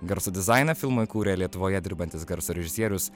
garso dizainą filmui kūrė lietuvoje dirbantis garso režisierius